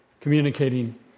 communicating